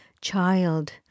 child